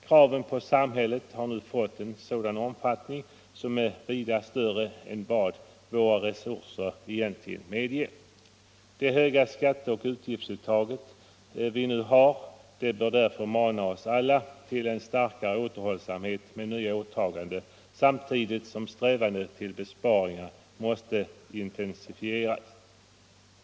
Kraven på samhället har nu fått en omfattning som är vida större än vad våra resurser egentligen medger. Det höga skatte och avgiftsuttaget vi nu har bör därför mana oss alla till en starkare återhållsamhet med nya åtaganden samtidigt som strävandet efter besparingar måste intensifieras.